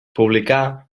publicà